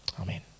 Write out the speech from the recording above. Amen